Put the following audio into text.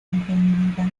entendida